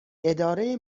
اداره